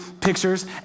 pictures